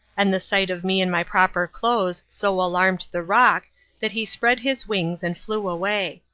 and the sight of me in my proper clothes so alarmed the roc that he spread his wings and flew away.